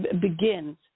begins